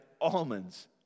almonds